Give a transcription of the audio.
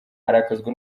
arakazwa